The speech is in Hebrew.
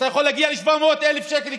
אתה יכול להגיע ל-700,000 שקל קנסות.